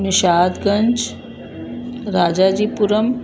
Nishad Ganj Rajaji Puram